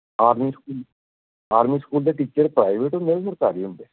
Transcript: army school army school ਦੇ teacher private ਹੁੰਦੇ ਆ ਜਾਂ ਸਰਕਾਰੀ ਹੁੰਦੇ